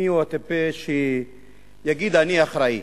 מיהו הטיפש שיגיד: אני אחראי?